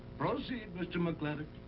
proceed, mr. mclintock.